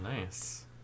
Nice